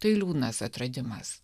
tai liūdnas atradimas